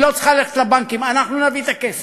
היא לא צריכה ללכת לבנקים, אנחנו נביא את הכסף.